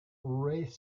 wraith